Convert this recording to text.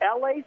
LA